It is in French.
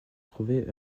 trouver